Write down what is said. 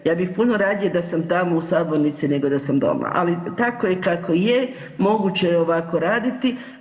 Ja bih puno radije da sam tamo u sabornici nego da sam doma, ali tako je kako je, moguće je ovako raditi.